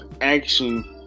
action